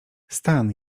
stan